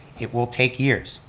it will take years.